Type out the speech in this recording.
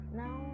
now